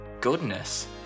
Goodness